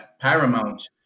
paramount